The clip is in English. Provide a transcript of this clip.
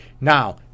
Now